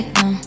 no